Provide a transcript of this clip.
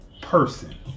Person